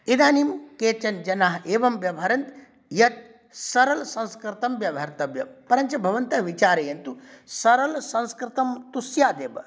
इदानीं केचन जनाः एवं व्यवहरन् यत् सरलसंस्कृतं व्यवहरतव्यं परञ्च भवन्तः विचारयन्तु सरलसंस्कृतं तु स्यादेव